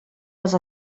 les